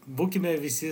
būkime visi